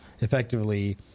effectively